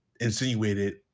insinuated